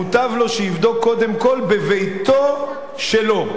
מוטב לו שיבדוק קודם כול בביתו שלו,